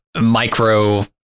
micro